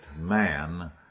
man